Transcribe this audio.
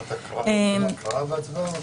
אז הקראה והצבעה?